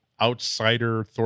outsider